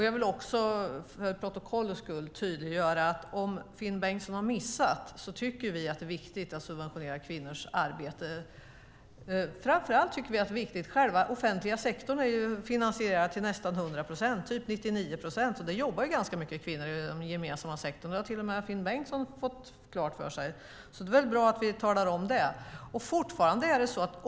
Jag vill också för protokollets skull tydliggöra, om Finn Bengtsson har missat det, att vi tycker att det är viktigt att subventionera kvinnors arbete. Själva den offentliga sektorn är ju finansierad till nästan 100 procent, till 99 procent, och det jobbar ganska mycket kvinnor i den gemensamma sektorn. Det har till och med Finn Bengtsson fått klart för sig. Det är väl bra att vi talar om det.